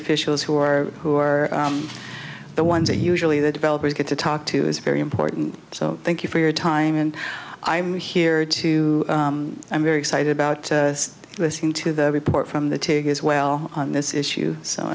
officials who are who are the ones they usually the developers get to talk to is very important so thank you for your time and i'm here too i'm very excited about listening to the report from the ticket as well on this issue so